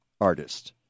artist